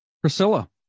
Priscilla